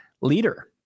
leader